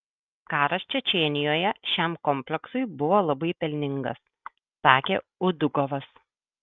karas čečėnijoje šiam kompleksui buvo labai pelningas sakė udugovas